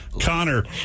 Connor